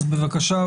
בבקשה,